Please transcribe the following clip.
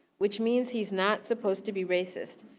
which means he's not supposed to be racist.